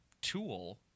tool